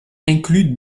inclut